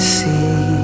see